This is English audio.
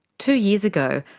two years ago,